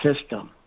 system